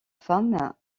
femme